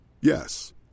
Yes